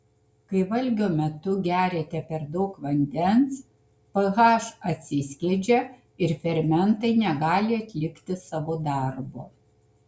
kai valgio metu geriate per daug vandens ph atsiskiedžia ir fermentai negali atlikti savo darbo